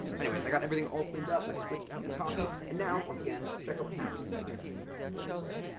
anyways, i got everything ah cleaned up, i switched out the coffee, and now, once again, check out what happens when i do this.